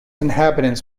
inhabitants